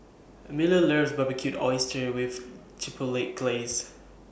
Miller loves Barbecued Oysters with Chipotle Glaze